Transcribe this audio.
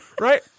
Right